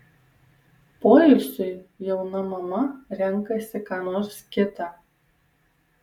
poilsiui jauna mama renkasi ką nors kita